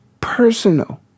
personal